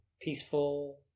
peaceful